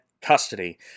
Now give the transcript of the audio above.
custody